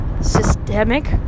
Systemic